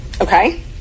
okay